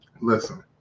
Listen